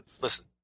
Listen